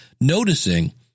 noticing